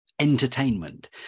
entertainment